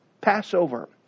Passover